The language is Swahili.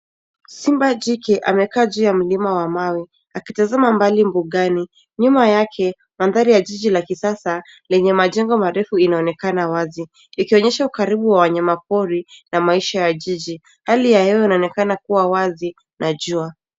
Simba jike amekaa juu ya mlima wa mawe. Akitazama mbali mbugani. Nyuma yake mandhari ya jiji la kisasa lenye majengo marefu ,inaonekana wazi likionyesha ukaribu wa wanyama pori, na maisha ya jiji. Hali ya hewa inaonekana kuwa wazi na jua .